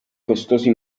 costosi